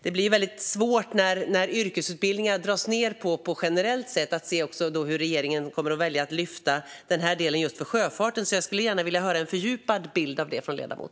När man drar ned på yrkesutbildningar generellt blir det väldigt svårt att se att regeringen kommer att välja att lyfta detta just för sjöfarten. Jag skulle vilja att ledamoten ger en fördjupad bild av det.